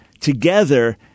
together